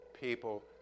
people